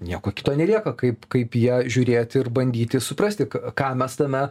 nieko kito nelieka kaip kaip į ją žiūrėti ir bandyti suprasti ka ką mes tame